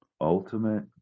Ultimate